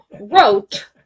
wrote